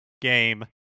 game